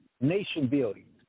nation-building